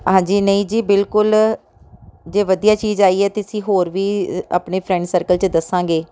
ਹਾਂਜੀ ਨਹੀਂ ਜੀ ਬਿਲਕੁਲ ਜੇ ਵਧੀਆ ਚੀਜ਼ ਆਈ ਹੈ ਅਤੇ ਅਸੀਂ ਹੋਰ ਵੀ ਆਪਣੇ ਫਰੈਂਡ ਸਰਕਲ 'ਚ ਦੱਸਾਂਗੇ